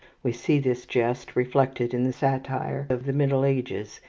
we see this jest reflected in the satire of the middle ages,